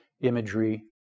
imagery